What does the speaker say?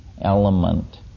element